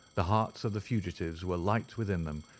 the hearts of the fugitives were light within them,